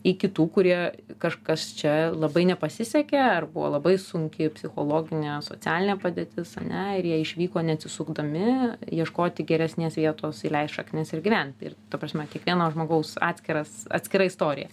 iki tų kurie kažkas čia labai nepasisekė ar buvo labai sunki psichologinė socialinė padėtis ane ir jie išvyko neatsisukdami ieškoti geresnės vietos įleist šaknis ir gyvent ir ta prasme kiekvieno žmogaus atskiras atskira istorija